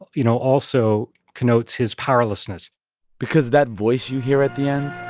you know, also connotes his powerlessness because that voice you hear at the end.